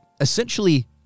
essentially